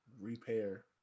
repair